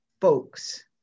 folks